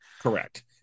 correct